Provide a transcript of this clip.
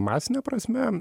masine prasme